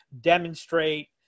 demonstrate